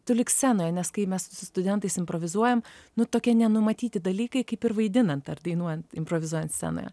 tu lyg scenoje nes kai mes su studentais improvizuojam nu tokie nenumatyti dalykai kaip ir vaidinant ar dainuojant improvizuojant scenoje